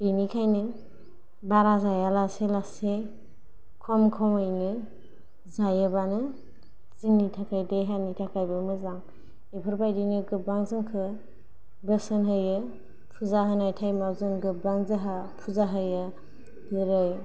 बेनिखायनो बारा जायालासै लासै खम खमैनो जायोब्लानो जोंनि थाखाय देहानि थाखायबो मोजां बेफोरबायदिनो गोबां जोंखौ बोसोन होयो फुजा होनाय टाइमाव गोबां जोंहा फुजा होयो जेरै